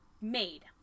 made